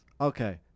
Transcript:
okay